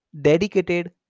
dedicated